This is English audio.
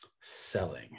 selling